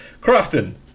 Crofton